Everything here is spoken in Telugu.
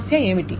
సమస్య ఏమిటి